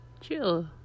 chill